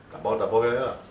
打包打包 back ah